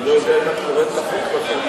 אני לא יודע אם את קוראת את החוק נכון.